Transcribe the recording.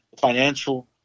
financial